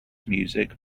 music